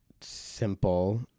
simple